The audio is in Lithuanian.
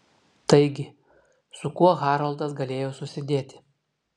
taigi su kuo haroldas galėjo susidėti